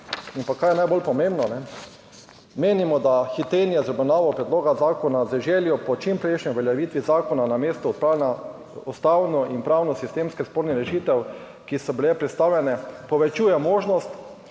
In pa kaj je najbolj pomembno: "Menimo, da hitenje z obravnavo predloga zakona z željo po čimprejšnji uveljavitvi zakona namesto odpravljanja ustavno in pravnosistemsko spornih rešitev, ki so bile predstavljene, povečuje možnost,